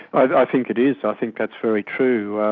i think it is. i think that's very true.